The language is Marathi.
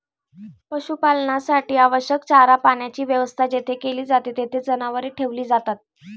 पशुपालनासाठी आवश्यक चारा पाण्याची व्यवस्था जेथे केली जाते, तेथे जनावरे ठेवली जातात